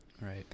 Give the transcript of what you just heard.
right